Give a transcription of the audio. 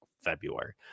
February